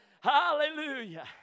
Hallelujah